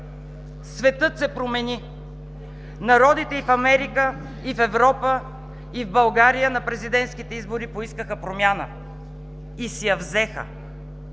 светът се промени, народите и в Америка, и в Европа, и в България на президентските избори поискаха промяна, и си я взеха.